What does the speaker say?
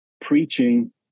preaching